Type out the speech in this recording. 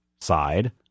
side